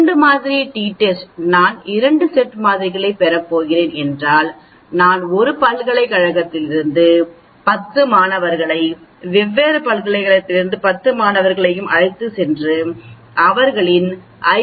இரண்டு மாதிரி T test நான் 2 செட் மாதிரிகளைப் பெறப் போகிறேன் என்றால் நான் 1 பல்கலைக்கழகத்திலிருந்து 10 மாணவர்களை வேறொரு பல்கலைக்கழகத்திலிருந்து 10 மாணவர்களை அழைத்துச் சென்று அவர்களின் ஐ